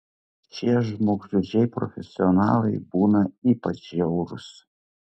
šie žmogžudžiai profesionalai būna ypač žiaurūs